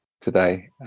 today